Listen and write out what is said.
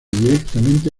directamente